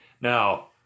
Now